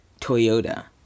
Toyota